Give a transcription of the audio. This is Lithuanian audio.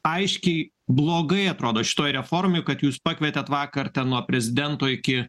aiškiai blogai atrodo šitoj reformoj kad jūs pakvietėt vakar ten nuo prezidento iki